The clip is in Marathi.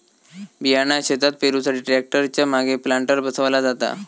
बियाणा शेतात पेरुसाठी ट्रॅक्टर च्या मागे प्लांटर बसवला जाता